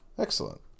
Excellent